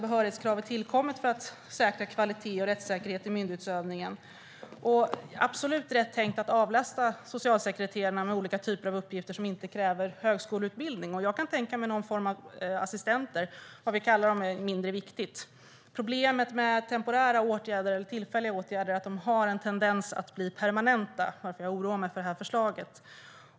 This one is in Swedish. Behörighetskravet tillkom för att säkra kvalitet och rättssäkerhet i myndighetsutövningen. Det är absolut rätt tänkt att avlasta socialsekreterarna olika typer av uppgifter som inte kräver högskoleutbildning. Jag kan tänka mig någon form av assistenter. Vad vi kallar dem är mindre viktigt. Problemet med temporära åtgärder och tillfälliga åtgärder är att de har en tendens att bli permanenta, varför jag oroar mig för förslaget.